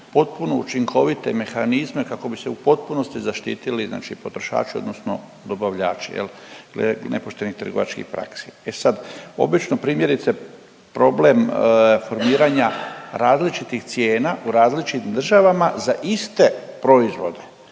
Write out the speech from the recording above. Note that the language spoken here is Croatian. potpuno učinkovite mehanizme kako bi se u potpunosti zaštitili znači potrošači odnosno dobavljači jel glede nepoštenih trgovačkih praksi. E sad, obično primjerice problem formiranja različitih cijena u različitim državama za iste proizvode